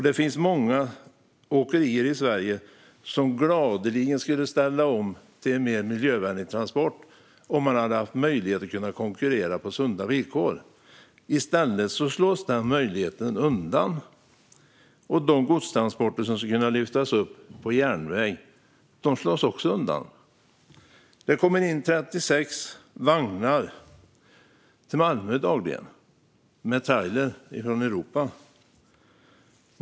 Det finns många åkerier i Sverige som gladeligen skulle ställa om till mer miljövänlig transport om de hade möjlighet att konkurrera på sunda villkor. I stället slås den möjligheten undan. Möjligheten att lyfta över godstransporter till järnväg slås också undan. Det kommer dagligen in 36 vagnar med trailrar från Europa.